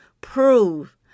prove